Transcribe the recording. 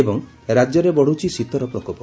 ଏବଂ ରାଜ୍ୟରେ ବଢୁଛି ଶୀତର ପ୍ରକୋପ